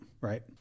right